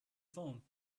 phone